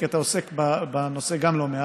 כי גם אתה עוסק בנושא לא מעט.